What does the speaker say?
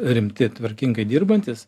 rimti tvarkingai dirbantys